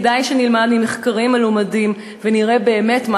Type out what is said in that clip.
כדאי שנלמד ממחקרים מלומדים ונראה באמת מה